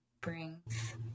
brings